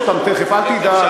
אני אפוצץ אותם תכף, אל תדאג.